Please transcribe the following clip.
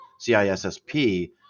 CISSP